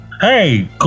Hey